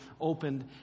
opened